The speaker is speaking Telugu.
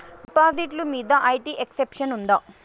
డిపాజిట్లు మీద ఐ.టి ఎక్సెంప్షన్ ఉందా?